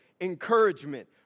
encouragement